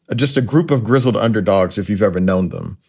just a group of grizzled underdogs. if you've ever known them.